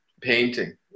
painting